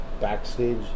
backstage